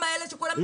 כן.